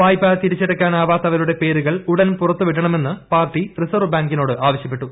വായ്പ തിരിച്ചടയ്ക്കാനാവത്തുരൂടെ ്പേരുകൾ ഉടൻ പുറത്തു വിടണമെന്ന് പാർട്ടി റിസർവ്വ് ബാങ്കിന്നോട് ആവശ്യപ്പെട്ടു